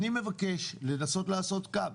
אני מבקש לנסות לעשות קו.